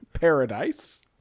Paradise